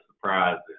surprises